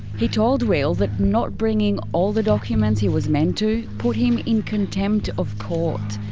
he told will that not bringing all the documents he was meant to put him in contempt of court.